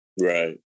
right